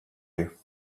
you